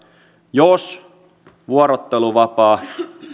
jos vuorotteluvapaa